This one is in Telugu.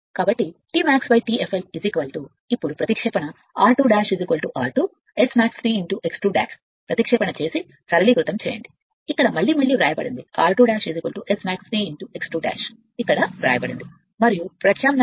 కాబట్టి T max T fl ఇప్పుడు ప్రతిక్షేపణ r2 r 2 అని పిలుస్తుంది x max T x 2 ప్రతిక్షేపణ మరియు ఇక్కడ సరళీకృతం చేయండి ఇక్కడ మళ్ళీ మళ్ళీ వ్రాయబడింది r2 S max T x 2 ఇక్కడ వ్రాయబడింది మరియు ప్రత్యామ్నాయం